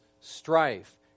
strife